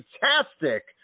fantastic